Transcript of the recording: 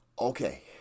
Okay